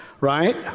right